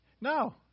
No